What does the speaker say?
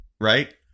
right